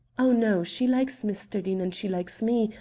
oh, no. she likes mr. deane and she likes me,